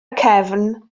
cefn